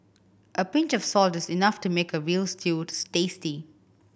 a pinch of salt is enough to make a veal stew tasty